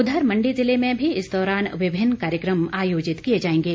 उधर मण्डी जिले में भी इस दौरान विभिन्न कार्यक्रम आयोजित किए जाएंगे